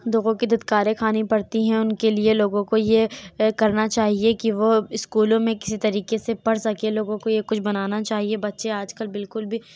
لوگوں کی دھتکاریں کھانی پڑتی ہیں ان کے لیے لوگوں کو یہ کرنا چاہیے کہ وہ اسکولوں میں کسی طریقے سے پڑھ سکیں لوگوں کو یہ کچھ بنانا چاہیے بچے آج کل بالکل بھی